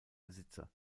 besitzer